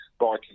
biking